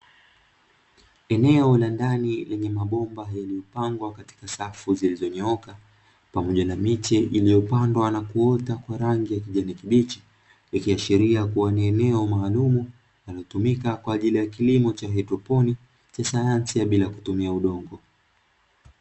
Eneo la ndani lenye mabomba yenye hupangwa katika safu zilizonyooka pamoja na miche iliyopandwa na kuota kwa rangi ya kijani kibichi, kikiashiria kuwa eneo maalumu anatumika kwa ajili ya kilimo cha hydroponi sasa sayansi ya bila kutumia udongo.